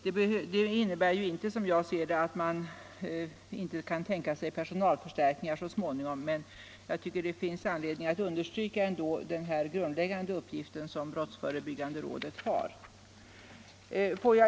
Det innebär inte, som jag ser det, att man inte kan tänka sig personalförstärkningar så småningom, men jag tycker ändå att det finns anledning att understryka denna grundläggande arbetsuppgift som brottsförebyggande rådet har.